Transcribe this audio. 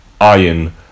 iron